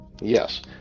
yes